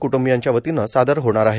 कुटुंबियांच्या वतीनं सादर होणार आहे